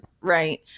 right